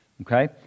Okay